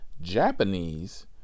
Japanese